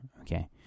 okay